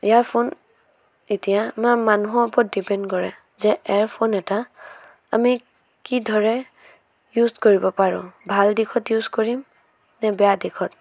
earphone এতিয়া আমাৰ মানুহৰ ওপৰত ডিপেণ্ড কৰে যে এয়াৰফোন এটা আমি কি দৰে ইউজ কৰিব পাৰোঁ ভাল দিশত ইউজ কৰিম নে বেয়া দিশত